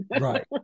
Right